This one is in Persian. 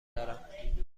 دارم